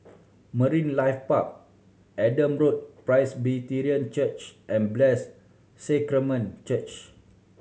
Marine Life Park Adam Road Presbyterian Church and Blessed Sacrament Church